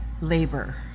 labor